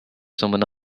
someone